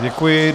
Děkuji.